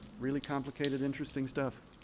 really complicated, interesting stuff.